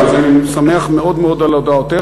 אז אני שמח מאוד מאוד על הודעתך,